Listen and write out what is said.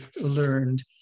learned